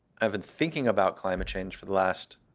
i've been thinking about climate change for the last